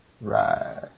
Right